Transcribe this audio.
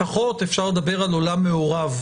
לפחות אפשר לדבר על עולם מעורב,